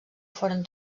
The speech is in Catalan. foren